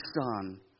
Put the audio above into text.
son